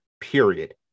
period